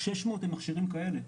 600 הם מכשירים כאלה.